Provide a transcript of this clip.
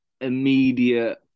immediate